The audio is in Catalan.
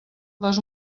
les